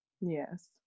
Yes